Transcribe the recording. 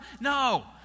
no